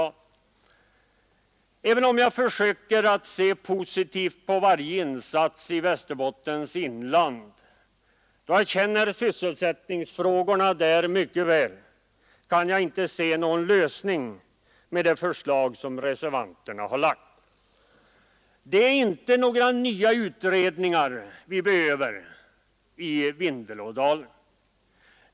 Även om jag försöker se positivt på varje insats som föreslås i Västerbottens inland — jag känner sysselsättningsfrågorna där mycket väl — kan jag inte finna att reservanternas förslag bidrar till någon lösning. Det är inte nya utredningar vi behöver i Vindelådalen.